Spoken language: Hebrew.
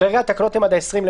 כרגע התקנות הן עד ה-20.3.